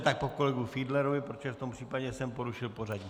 Tak po kolegovi Fiedlerovi, protože v tom případě jsem porušil pořadí.